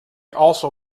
also